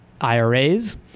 IRAs